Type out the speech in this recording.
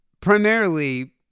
primarily